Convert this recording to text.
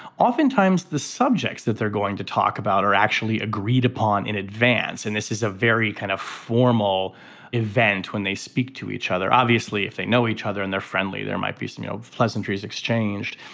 oftentimes the subjects that they're going to talk about are actually agreed upon in advance and this is a very kind of formal event when they speak to each each other obviously if they know each other and they're friendly. there might be some you know pleasantries exchanged.